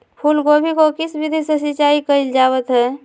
फूलगोभी को किस विधि से सिंचाई कईल जावत हैं?